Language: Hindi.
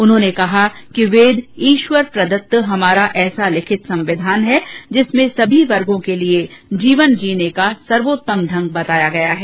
उन्होंने कहा कि वेद ईश्वर प्रदत्त हमारा ऐसा लिखित संविधान है जिसमें सभी वर्गो के लिए जीवन जीने का सर्वोत्तम ढंग बताया गया है